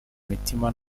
mitima